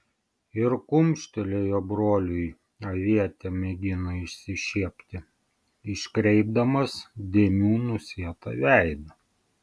ir kumštelėjo broliui avietė mėgino išsišiepti iškreipdamas dėmių nusėtą veidą